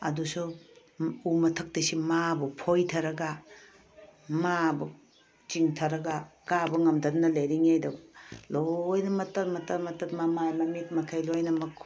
ꯑꯗꯨꯁꯨ ꯎ ꯃꯊꯛꯇꯁꯨ ꯃꯥꯕꯨ ꯐꯣꯏꯊꯔꯒ ꯃꯥꯕꯨ ꯆꯤꯡꯊꯔꯒ ꯀꯥꯕ ꯉꯝꯗꯗꯅ ꯂꯩꯔꯤꯉꯩꯗ ꯂꯣꯏꯅ ꯃꯇꯠ ꯃꯇꯠ ꯃꯇꯠ ꯃꯃꯥꯏ ꯃꯃꯤꯠ ꯃꯈꯩ ꯂꯣꯏꯅꯃꯛ